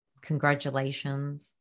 congratulations